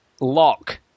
lock